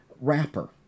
wrapper